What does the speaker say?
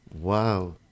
Wow